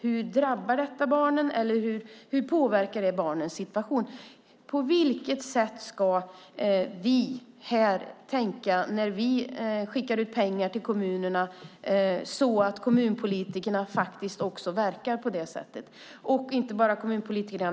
Hur drabbar detta barnen eller hur påverkar det barnens situation? Hur ska vi tänka här när vi skickar pengar till kommunerna så att kommunpolitikerna faktiskt också verkar på det sättet? Det gäller naturligtvis inte bara kommunpolitikerna.